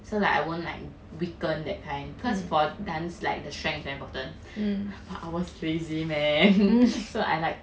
so like I won't like weaken that kind cause for dance like the strength is very important but I was lazy man so I like